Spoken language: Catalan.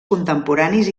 contemporanis